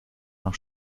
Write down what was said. nach